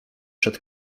przed